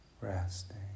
resting